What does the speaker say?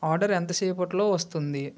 order ఎంతసేపట్లో వస్తుంది